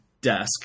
desk